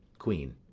queen.